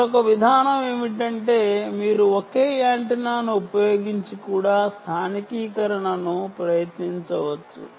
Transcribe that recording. మరొక విధానం ఏమిటంటే మీరు ఒకే యాంటెన్నాను ఉపయోగించి కూడా స్థానికీకరణను ప్రయత్నించవచ్చు